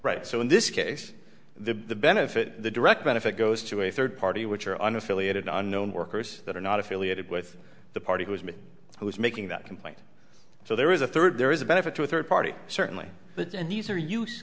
right so in this case the benefit the direct benefit goes to a third party which are on affiliated unknown workers that are not affiliated with the party who is me who is making that complaint so there is a third there is a benefit to a third party certainly but and these are use